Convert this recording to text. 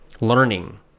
learning